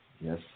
Yes